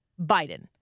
Biden